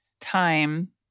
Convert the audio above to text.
time